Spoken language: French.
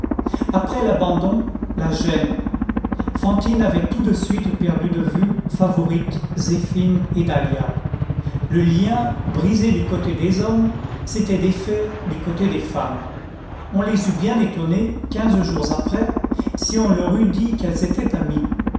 après l'abandon la gêne fantine avait tout de suite perdu de vue favourite zéphine et dahlia le lien brisé du côté des hommes s'était défait du côté des femmes on les eût bien étonnées quinze jours après si on leur eût dit qu'elles étaient amies